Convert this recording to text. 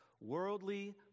worldly